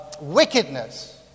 wickedness